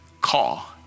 Call